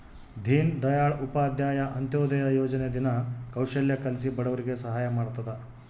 ದೀನ್ ದಯಾಳ್ ಉಪಾಧ್ಯಾಯ ಅಂತ್ಯೋದಯ ಯೋಜನೆ ದಿನ ಕೌಶಲ್ಯ ಕಲ್ಸಿ ಬಡವರಿಗೆ ಸಹಾಯ ಮಾಡ್ತದ